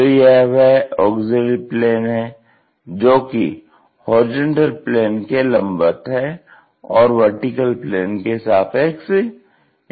तो यह वह ऑग्ज़िल्यरी प्लेन है जो कि HP के लम्बवत है और VP के सापेक्ष इन्क्लाइन्ड है